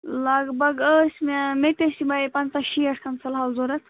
لگ بگ ٲسۍ مےٚ مےٚ تہِ ٲسۍ یِمَے پنٛژاہ شیٹھ کھَنٛڈ فِلحال ضوٚرَتھ